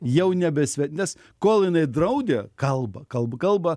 jau nebesve nes kol jinai draudė kalbą kalba kalbą